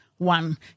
one